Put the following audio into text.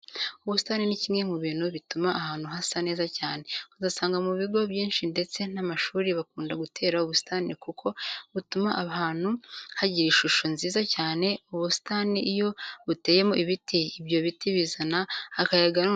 Ubusitani ni kimwe mu bintu bituma ahantu hasa neza cyane. Uzasanga mu bigo byinshi ndetse n'amashuri bakunda gutera ubusitani kuko butuma ahantu hagira ishusho nziza cyane. Ubusitani iyo buteyemo ibiti, ibyo biti bizana akayaga noneho abantu bagahumeka umwuka mwiza.